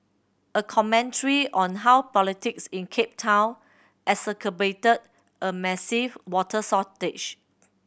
a commentary on how politics in Cape Town exacerbated a massive water shortage